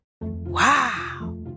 Wow